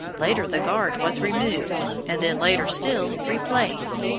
later the guard was removed, and then later still replaced.